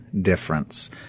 difference